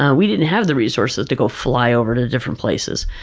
ah we didn't have the resources to go fly over to different places.